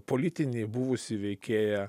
politinį buvusį veikėją